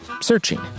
searching